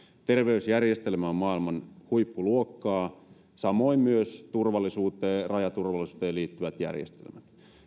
terveysjärjestelmä on maailman huippuluokkaa samoin ovat turvallisuuteen rajaturvallisuuteen liittyvät järjestelmät